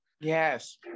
Yes